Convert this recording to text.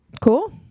Cool